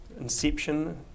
inception